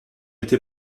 été